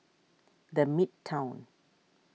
the Midtown